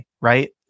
right